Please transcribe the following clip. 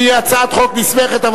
שהיא הצעת חוק נסמכת.